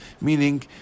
meaning